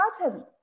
pattern